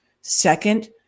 second